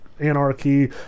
anarchy